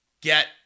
get